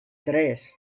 tres